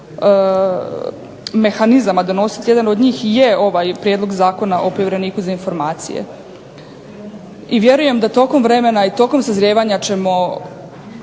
mehanizama donositi. Jedan od njih i je ovaj prijedlog Zakona o povjereniku za informacije. I vjerujem da tokom vremena i tokom sazrijevanja ćemo